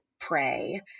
pray